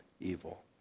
evil